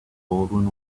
baldwin